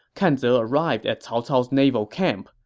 kan ze arrived at cao cao's naval camp,